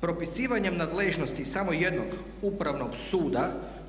Propisivanjem nadležnosti samo jednog Upravnog suda